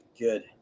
Good